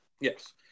Yes